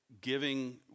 giving